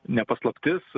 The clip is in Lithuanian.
ne paslaptis